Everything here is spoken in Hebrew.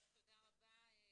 תודה רבה.